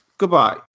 Goodbye